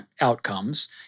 outcomes –